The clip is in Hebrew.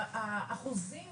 האחוזים